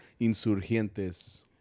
Insurgentes